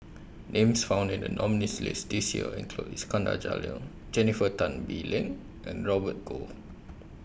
Names found in The nominees' list This Year include Iskandar Jalil Jennifer Tan Bee Leng and Robert Goh